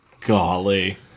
Golly